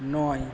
নয়